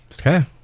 Okay